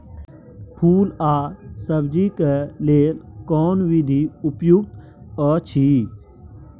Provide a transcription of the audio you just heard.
फूल आ सब्जीक लेल कोन विधी उपयुक्त अछि?